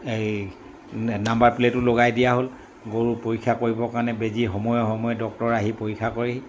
এই নাম্বাৰ প্লেটো লগাই দিয়া হ'ল গৰু পৰীক্ষা কৰিবৰ কাৰণে বেজি সময়ে সময়ে ডক্তৰ আহি পৰীক্ষা কৰেহি